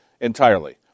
Entirely